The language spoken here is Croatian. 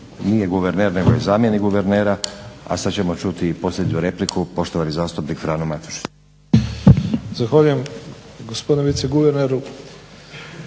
Nije guverner, nego je zamjenik guvernera. A sad ćemo čuti posljednju repliku poštovani zastupnik Frano Matušić. **Matušić, Frano